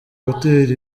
gutera